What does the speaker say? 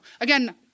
again